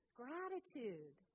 gratitude